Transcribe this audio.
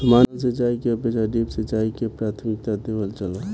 सामान्य सिंचाई के अपेक्षा ड्रिप सिंचाई के प्राथमिकता देवल जाला